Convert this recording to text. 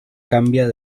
cambia